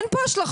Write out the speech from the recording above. אין פה השלכות.